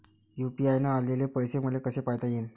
UPI न आलेले पैसे मले कसे पायता येईन?